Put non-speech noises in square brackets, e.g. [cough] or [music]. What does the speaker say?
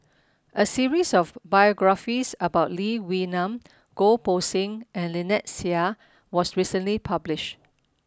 [noise] a series of biographies about Lee Wee Nam Goh Poh Seng and Lynnette Seah was recently published